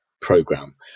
program